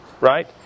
right